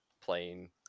playing